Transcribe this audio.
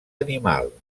animal